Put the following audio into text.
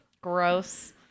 Gross